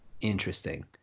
interesting